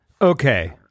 Okay